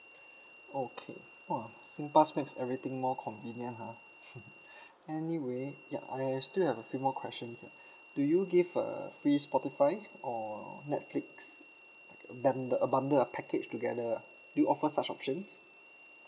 okay !wah! singpass makes everything more convenient ha anyway ya I have still have a few more questions ah do you give uh free spotify or netflix uh bundle uh package together ah do you offer such options